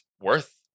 worth